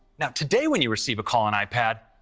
now today when you receive a call on ipad,